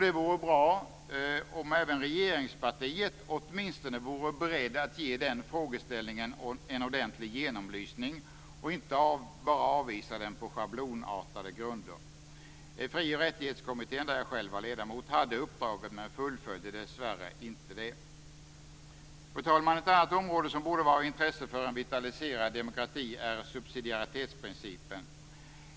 Det vore bra om även regeringspartiet åtminstone vore berett att ge den frågeställningen en ordentlig genomlysning och inte bara avvisa den på schablonartade grunder. Fri och rättighetskommittén, där jag själv var ledamot, hade uppdraget men fullföljde det dessvärre inte. Fru talman! Ett annat område som borde vara av intresse för en vitaliserad demokrati är subsidiaritetsprincipen.